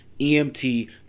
emt